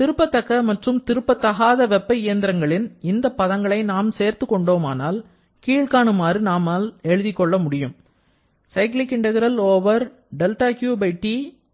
திருப்ப தக்க மற்றும் திருப்ப தகாத வெப்ப இயந்திரங்களின் இந்த பதங்களை நாம் சேர்த்துக் கொண்டோமானால் கீழ்காணுமாறு நாம் எழுதிக் கொள்ளலாம்